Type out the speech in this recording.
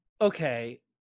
okay